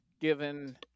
given